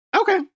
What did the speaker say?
okay